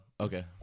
Okay